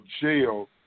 jail